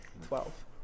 twelve